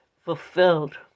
fulfilled